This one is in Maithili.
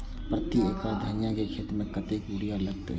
प्रति एकड़ धनिया के खेत में कतेक यूरिया लगते?